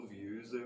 views